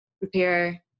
repair